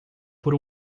por